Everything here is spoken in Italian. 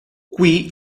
qui